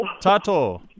Tato